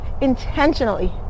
intentionally